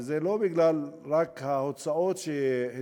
וזה לא רק בגלל ההוצאות שהתווספו,